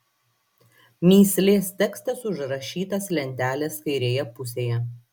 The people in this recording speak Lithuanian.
mįslės tekstas užrašytas lentelės kairėje pusėje